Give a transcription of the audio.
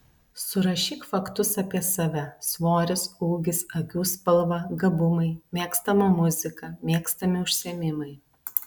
surašyk faktus apie save svoris ūgis akių spalva gabumai mėgstama muzika mėgstami užsiėmimai